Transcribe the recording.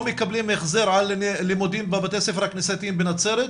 לא מקבלים החזר על לימודים בבתי הספר הכנסייתיים בנצרת?